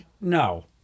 No